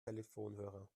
telefonhörer